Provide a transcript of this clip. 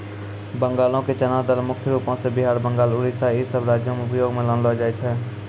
बंगालो के चना दाल मुख्य रूपो से बिहार, बंगाल, उड़ीसा इ सभ राज्यो मे उपयोग मे लानलो जाय छै